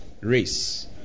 race